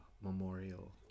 Memorial